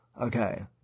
Okay